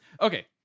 Okay